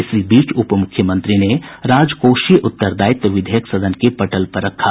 इसी बीच उप मुख्यमंत्री ने राजकोषीय उत्तरदायित्व विधेयक सदन के पटल पर रखा